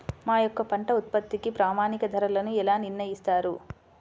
మా యొక్క పంట ఉత్పత్తికి ప్రామాణిక ధరలను ఎలా నిర్ణయిస్తారు?